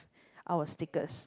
our stickers